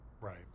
Right